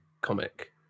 comic